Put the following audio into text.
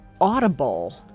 Audible